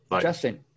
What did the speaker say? Justin